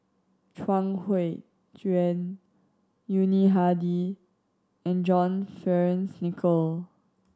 Chuang Hui Tsuan Yuni Hadi and John Fearns Nicoll